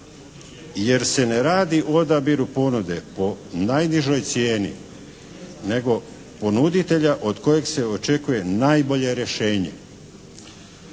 jer se ne radi o odabiru ponude po najnižoj cijeni nego ponuditelja od kojeg se očekuje najbolje rješenje.